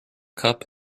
cup